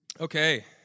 Okay